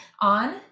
on